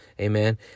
amen